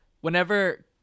whenever